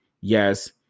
Yes